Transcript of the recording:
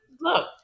look